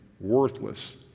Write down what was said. worthless